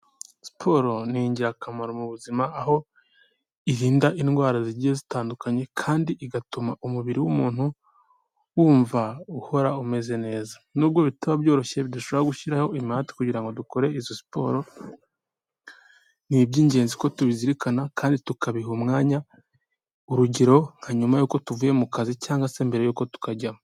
Siporo ni ingirakamaro mu buzima aho irinda indwara zigiye zitandukanye kandi igatuma umubiri w'umuntu wumva uhora umeze neza, nubwo bitaba byoroshye dushobora gushyiraho imihate kugira ngo dukore izo siporo, ni iby'ingenzi ko tubizirikana kandi tukabiha umwanya, urugero: nka nyuma y'uko tuvuye mu kazi cyangwa se mbere y'uko tukajyamo.